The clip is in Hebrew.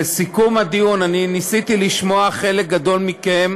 לסיכום הדיון, אני ניסיתי לשמוע חלק גדול מכם,